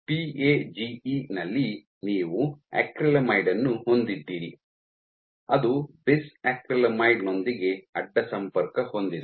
PAGE ನಲ್ಲಿ ನೀವು acrylamide ಅನ್ನು ಹೊಂದಿದ್ದೀರಿ ಅದು ಬಿಸ್ ಅಕ್ರಿಲಾಮೈಡ್ ನೊಂದಿಗೆ ಅಡ್ಡ ಸಂಪರ್ಕ ಹೊಂದಿದೆ